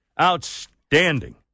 Outstanding